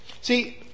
See